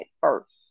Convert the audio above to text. first